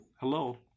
Hello